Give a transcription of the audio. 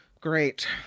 Great